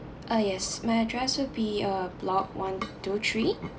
ah yes my address would be uh block one two three